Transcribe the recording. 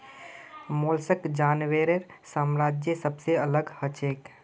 mollusc जानवरेर साम्राज्यत सबसे अलग हछेक